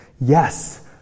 yes